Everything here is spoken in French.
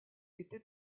était